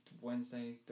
wednesday